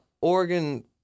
Oregon